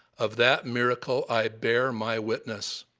of that miracle i bear my witness.